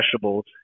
vegetables